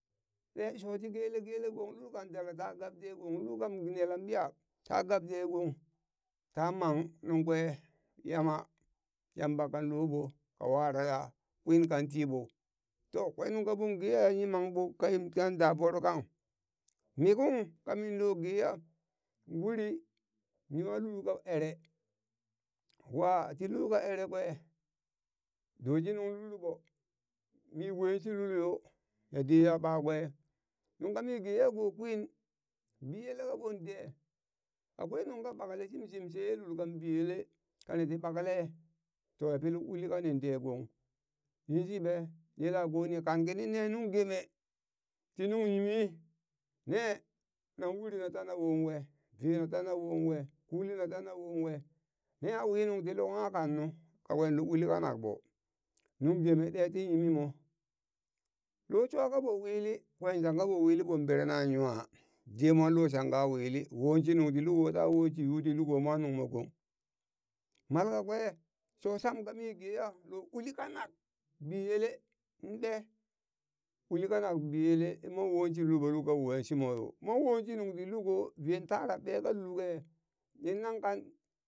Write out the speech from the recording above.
ɗe sho ti kele kele gong lulka kan dala ta gabde gong, lulkan nelan ɓiya ta gabde gong ta mang nungkwe Yama Yamba kan loɓo ka waraya kwin kan tiɓo toh kwen nung kaɓon geya ya yimang ɓo kayan kan da voro kang, mi kung kamin lo geya uri nwa lulka ere wa ti lulka ere kwe doshi nungi lulɓo, mi we shi lulyo ya deya ɓakwe nungka mi geya ko kwin biyele kaɓon ɗe akwai nungka ɓakle shim-shim she ye lulkan biyele kaniti ɓakale toh ya pi luk uli kanin de gong yinshi ɓe yelako ni kan kinin ne nung geme ti nung yimi ne nan uri natana wo we ve na tana wo we kuli natana wo we, neha wi nungti lukungha kannu kakwe luk uli kanak ɓo nungeme ɗee ti yimimo lo sua kaɓo wili kwen shangka ɓo wili ɓon bere nan nwa demwa lo shangka wili, won shi nungti luko ta wo shi yu ti luko mwan nungmo gong mal kakwe sho sham kami geya lo uli kanak biyele mɓe? uli kanak biyele inmon won shi luko luko won shimo yo, mon woshi nunti luko ven tara ɓeka lukwe nin nankan